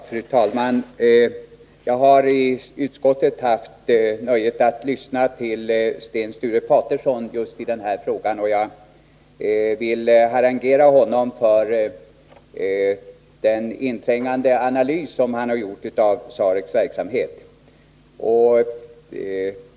Fru talman! Jag har i utskottet haft nöjet att lyssna till Sten Sture Paterson i just denna fråga, och jag vill harangera honom för den inträngande analys som han har gjort av SAREC:s verksamhet.